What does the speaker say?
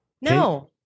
No